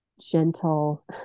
gentle